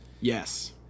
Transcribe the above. Yes